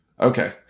Okay